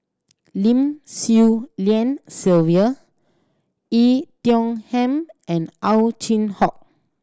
Lim Swee Lian Sylvia Yi Tiong Ham and Ow Chin Hock